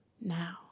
now